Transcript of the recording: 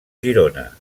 girona